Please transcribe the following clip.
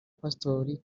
pasitori